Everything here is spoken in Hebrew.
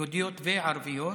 יהודיות וערביות,